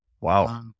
Wow